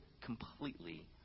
completely